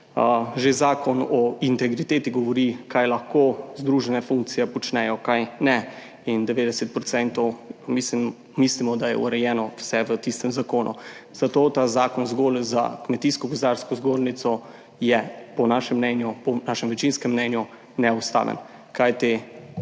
Že zakon o integriteti govori, kaj lahko združene funkcije počnejo, česa ne, in v 90 % mislimo, da je urejeno vse v tistem zakonu, zato je ta zakon zgolj za Kmetijsko gozdarsko zbornico po našem večinskem mnenju neustaven. Kajti